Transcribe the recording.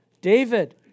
David